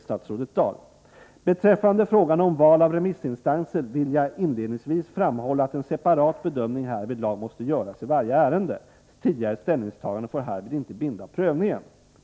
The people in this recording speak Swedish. Statsrådet Dahl säger: ”Beträffande frågan om val av remissinstanser vill jag inledningsvis framhålla att en separat bedömning härvidlag måste göras i varje ärende. Tidigare ställningstaganden får härvid inte binda prövningen.